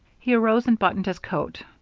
he arose and buttoned his coat.